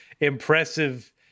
impressive